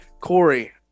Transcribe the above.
Corey